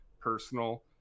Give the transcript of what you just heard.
personal